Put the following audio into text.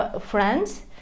friends